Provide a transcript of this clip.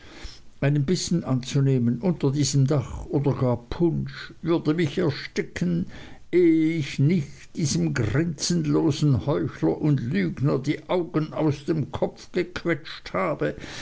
einen bissen anzunehmen unter diesem dach oder gar punsch würde mich ersticken ehe ich nicht diesem grenzenlosen heuchler und lügner die augen aus dem kopf gequetscht habe